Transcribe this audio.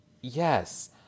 yes